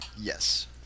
Yes